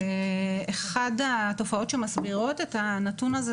אחת התופעות שמסבירות את הנתון הזה,